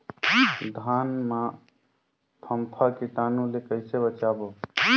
धान मां फम्फा कीटाणु ले कइसे बचाबो?